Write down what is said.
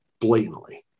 blatantly